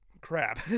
crap